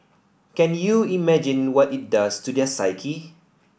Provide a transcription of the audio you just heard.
can you imagine what it does to their psyche